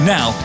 Now